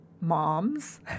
moms